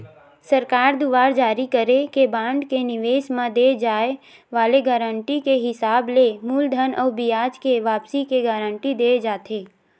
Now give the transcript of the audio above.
सरकार दुवार जारी करे के बांड के निवेस म दे जाय वाले गारंटी के हिसाब ले मूलधन अउ बियाज के वापसी के गांरटी देय जाथे